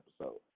episode